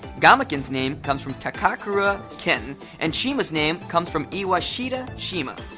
gamaken's name comes from takakura ken, and shima's name comes from iwashita shima.